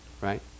Right